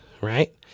right